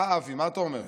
אה, אבי, מה אתה אומר?